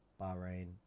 Bahrain